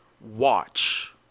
Watch